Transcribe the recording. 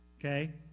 Okay